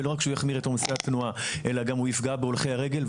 ולא רק שהוא יחמיר את עומסי התנועה אלא גם הוא יפגע בהולכי הרגל,